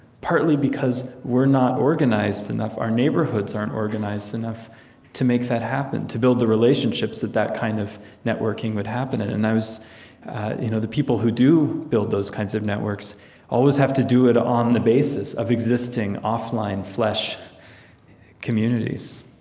partly because we're not organized enough, our neighborhoods aren't organized enough to make that happen, to build the relationships that that kind of networking would happen. and and you know the people who do build those kinds of networks always have to do it on the basis of existing, offline, flesh communities.